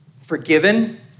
forgiven